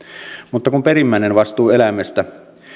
kun perimmäinen vastuu eläimestä